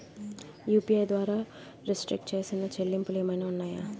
UPI ద్వారా restrict చేసిన చెల్లింపులు ఏమైనా ఉన్నాయా?